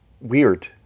weird